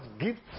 gifts